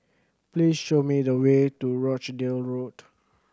please show me the way to Rochdale Road